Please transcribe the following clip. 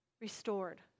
restored